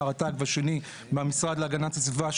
מהרט"ג והשני שהוא מהמשרד להגנת הסביבה,